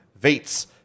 Vates